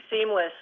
seamless